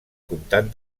comtat